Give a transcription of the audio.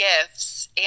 gifts